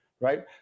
right